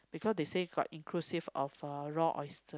because said got inclusive offer raw oyster